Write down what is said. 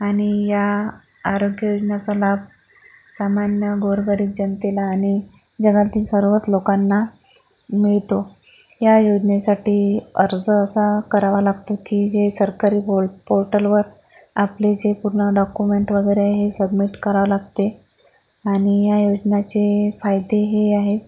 आणि या आरोग्य योजनाचा लाभ सामान्य गोरगरीब जनतेला आणि जगातील सर्वच लोकांना मिळतो या योजनेसाठी अर्ज असा करावा लागतो की जे सरकारी पोल पोर्टलवर आपले जे पूर्ण डाकुमेंट वगैरे हे सब्मिट करावे लागते आणि या योजनाचे फायदे हे आहेत